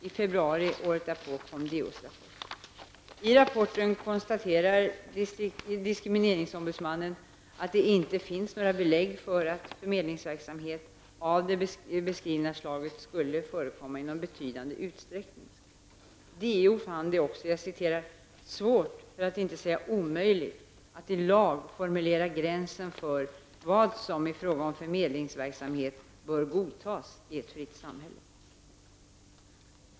I februari året därpå kom DOs rapport. I rapporten konstaterar DO att det inte finns några belägg för att förmedlingsverksamhet av det beskrivna slaget skulle förekomma i någon betydande utsträckning. DO fann det också ''svårt, för att inte säga omöjligt, att i lag formulera gränsen för vad som i fråga om förmedlingsverksamhet bör godtas i ett fritt samhälle.''